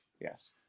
yes